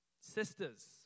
sisters